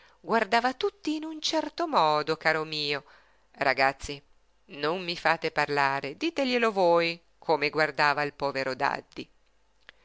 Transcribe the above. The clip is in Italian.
guardava tutti in un certo modo caro mio ragazzi non mi fate parlare diteglielo voi come guardava il povero daddi